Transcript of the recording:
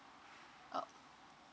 uh